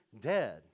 dead